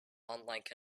unlike